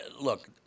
Look